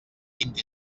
vint